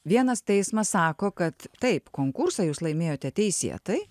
vienas teismas sako kad taip konkursą jūs laimėjote teisėtai